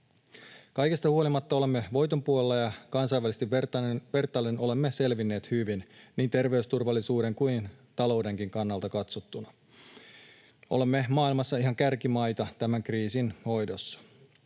Kaikesta huolimatta olemme voiton puolella, ja kansainvälisesti vertaillen olemme selvinneet hyvin niin terveysturvallisuuden kuin taloudenkin kannalta katsottuna. Olemme maailmassa ihan kärkimaita tämän kriisin hoidossa.